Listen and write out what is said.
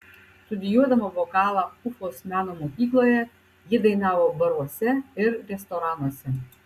studijuodama vokalą ufos meno mokykloje ji dainavo baruose ir restoranuose